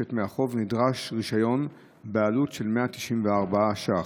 רשת מהחוף, נדרש רישיון בעלות של 194 ש"ח,